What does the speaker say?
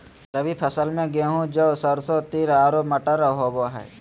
रबी फसल में गेहूं, जौ, सरसों, तिल आरो मटर होबा हइ